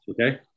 Okay